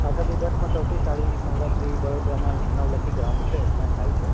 આખા ગુજરાતમાં સૌથી સારી નવરાત્રિ વડોદરામાં નવલખી ગ્રાઉંડ છે ત્યાં થાય છે